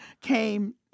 came